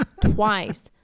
twice